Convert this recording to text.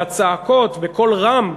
והצעקות בקול רם,